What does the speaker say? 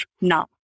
now